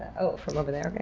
oh, from over there, and